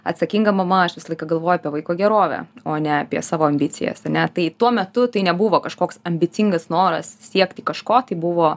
atsakinga mama aš visą laiką galvoju apie vaiko gerovę o ne apie savo ambicijas ar ne tai tuo metu tai nebuvo kažkoks ambicingas noras siekti kažko tai buvo